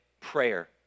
prayer